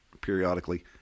periodically